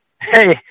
hey